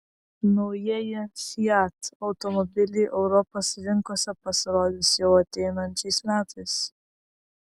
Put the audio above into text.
naujieji fiat automobiliai europos rinkose pasirodys jau ateinančiais metais